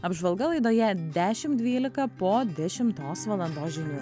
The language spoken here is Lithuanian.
apžvalga laidoje dešimt dvylika po dešimtos valandos žinių